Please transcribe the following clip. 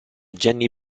gianni